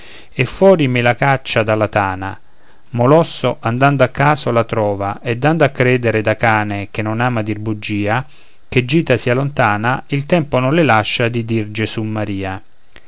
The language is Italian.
e fuori me la caccia dalla tana molosso andando a caso la trova e dando a credere da cane che non ama dir bugia che gita sia lontana il tempo non le lascia di dir